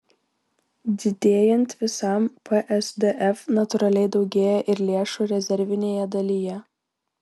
didėjant visam psdf natūraliai daugėja ir lėšų rezervinėje dalyje